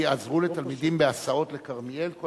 יעזרו לתלמידים בהסעות לכרמיאל?